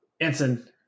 Anson